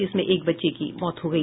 जिसमें एक बच्चे की मौत हो गई